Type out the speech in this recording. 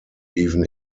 even